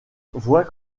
voit